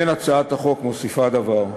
ואין הצעת החוק מוסיפה דבר.